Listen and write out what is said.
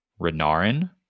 Renarin